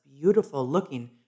beautiful-looking